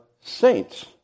saints